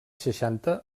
seixanta